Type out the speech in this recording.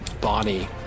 Bonnie